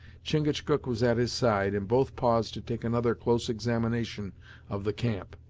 chingachgook was at his side and both paused to take another close examination of the camp.